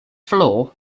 floor